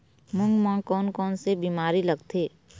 मूंग म कोन कोन से बीमारी लगथे?